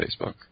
Facebook